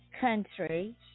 country